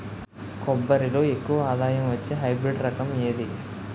కొబ్బరి లో ఎక్కువ ఆదాయం వచ్చే హైబ్రిడ్ రకం ఏది?